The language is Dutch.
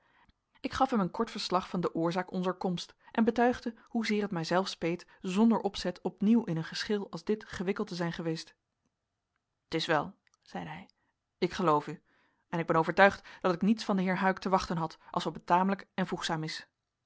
ik gaf hem een kort verslag van de oorzaak onzer komst en betuigde hoezeer het mijzelf speet zonder opzet opnieuw in een geschil als dit gewikkeld te zijn geweest t is wel zeide hij ik geloof u en ik ben overtuigd dat ik niets van den heer huyck te wachten had als wat betamelijk en voegzaam is